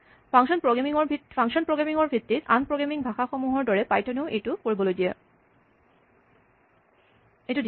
function programming ৰ ভিত্তিৰ আন প্ৰগ্ৰেমিং ভাষাসমূহৰ দৰে পাইথনেও এইটো দিয়ে